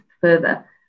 further